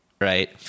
Right